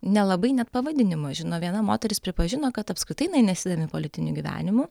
nelabai net pavadinimą žino viena moteris pripažino kad apskritai jinai nesidomi politiniu gyvenimu